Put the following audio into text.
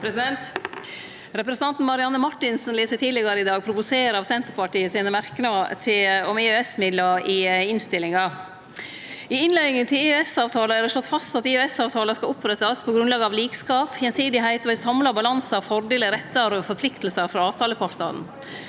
Representanten Marianne Marthinsen lét seg tidlegare i dag provosere av Senterpartiet sine merknader om EØS-midlar i innstillinga. I innleiinga til EØS-avtalen er det slått fast at EØSavtalen skal opprettast på grunnlag av likskap, gjensidigheit og ein samla balanse av fordelar, rettar og plikter frå avtalepartane.